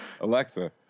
Alexa